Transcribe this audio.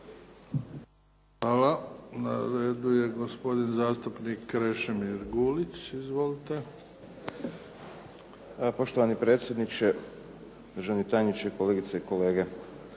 Hvala. Na redu je gospodin zastupnik Krešimir Gulić. Izvolite. **Gulić, Krešimir (HDZ)** Poštovani predsjedniče, državni tajniče, kolegice i kolege.